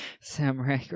samurai